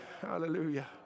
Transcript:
Hallelujah